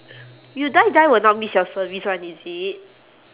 you die die will not miss your service [one] is it